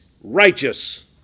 righteous